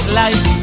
life